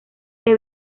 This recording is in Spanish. que